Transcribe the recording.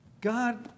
God